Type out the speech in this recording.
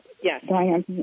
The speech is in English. yes